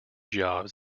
jobs